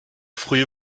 frühe